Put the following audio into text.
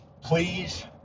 Please